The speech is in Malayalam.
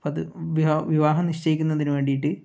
അത് വിവാഹ വിവാഹ നിശ്ചയിക്കുന്നതിന് വേണ്ടീട്ട്